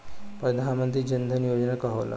प्रधानमंत्री जन धन योजना का होला?